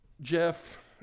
Jeff